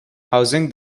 housing